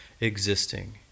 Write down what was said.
existing